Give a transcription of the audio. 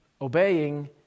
obeying